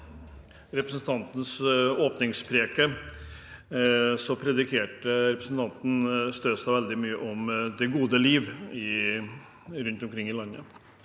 I representan- tens åpningspreken prediket representanten Støstad veldig mye om det gode liv rundt omkring i landet.